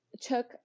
took